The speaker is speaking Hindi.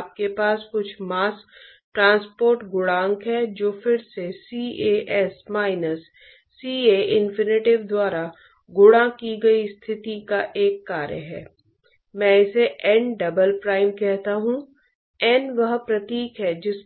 हमने बड़े पैमाने पर ट्रांसपोर्ट के बारे में चर्चा नहीं की लेकिन जब कन्वेक्शन की बात